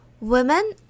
women